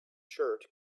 shirt